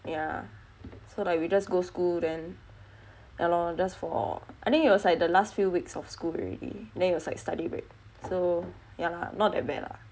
yah so like we just go school then yah lor just for I think it was like the last few weeks of school already then it was like study break so yah lah not that bad lah